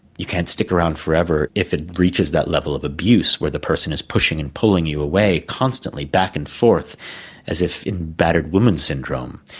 you can't stick around forever if it reaches that level of abuse where a person is pushing and pulling you away constantly back and forth as if in battered woman's syndrome.